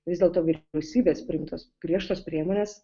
vis dėlto vyriausybės priimtos griežtos priemonės